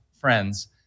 friends